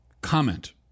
comment